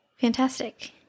Fantastic